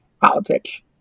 politics